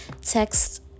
text